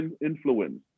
influence